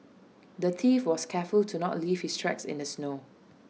the thief was careful to not leave his tracks in the snow